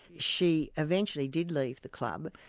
she eventually did leave the club.